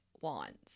wands